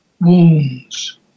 wounds